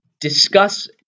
Discuss